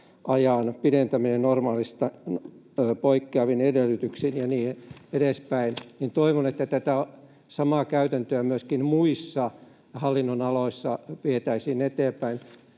pidentäminen normaalista poikkeavin edellytyksin ja niin edespäin, niin toivon, että tätä samaa käytäntöä vietäisiin eteenpäin